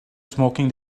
smoking